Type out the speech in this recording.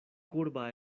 kurba